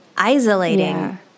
isolating